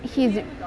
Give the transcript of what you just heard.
he i~